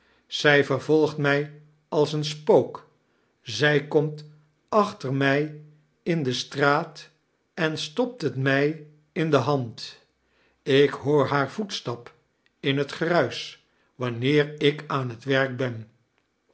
zij vervolgt mij als een spook zij komt achter mij in de straat en stopt liet mij in de hand ik hoor haar voetstap in het gruis wanneer ik aan het werk ben